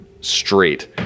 straight